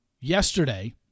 yesterday